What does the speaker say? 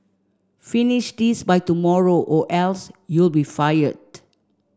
finish this by tomorrow or else you'll be fired